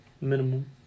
Minimum